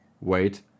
wait